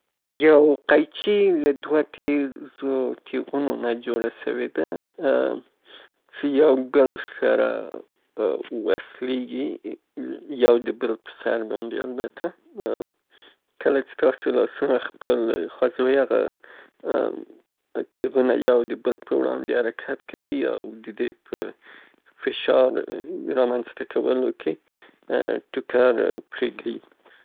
قیچي د دوه تیغونو په کارولو سره چې مرکزي نقطه یا محوري نقطه ولري، د یو بولډ په واسطه باندې کلکلیږي، تیغونه یې یو له بله نه تیریږي، د تیغو د تیغونو ځیز یې، دوه څنډې یې د لاستو په نامه یادیږي هغه ته حرکت ورکړل سي، هر نوع تکه یا کاغذ که چیرې په هغه کې قرار ورکړل سي ، پرې که یيي.